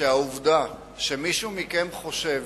שהעובדה שמישהו מכם חושב